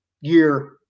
year